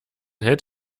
hält